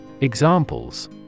Examples